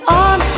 on